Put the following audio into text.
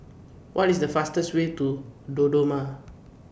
What IS The fastest Way to Dodoma